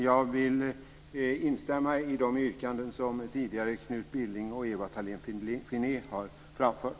Jag vill instämma i de yrkanden som Knut Billing och Ewa Thalén Finné tidigare har framfört.